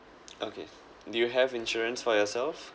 okay do you have insurance for yourself